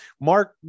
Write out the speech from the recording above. mark